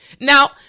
Now